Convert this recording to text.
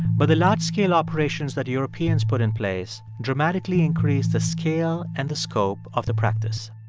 but the large-scale operations that europeans put in place dramatically increased the scale and the scope of the practice